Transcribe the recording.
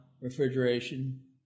Refrigeration